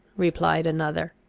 replied another.